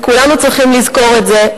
וכולנו צריכים לזכור את זה.